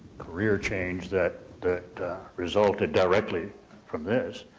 career change that that resulted directly from this.